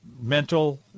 mental